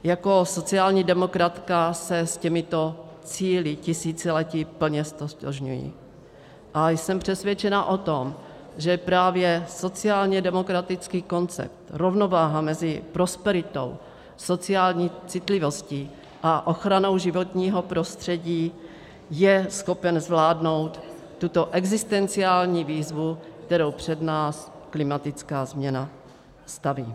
Jako sociální demokratka se s těmito cíli tisíciletí plně ztotožňuji a jsem přesvědčena o tom, že právě sociálně demokratický koncept, rovnováha mezi prosperitou, sociální citlivostí a ochranou životního prostředí, je schopen zvládnout tuto existenciální výzvu, kterou před nás klimatická změna staví.